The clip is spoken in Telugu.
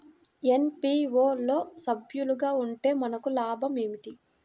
ఎఫ్.పీ.ఓ లో సభ్యులుగా ఉంటే మనకు లాభం ఏమిటి?